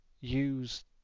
use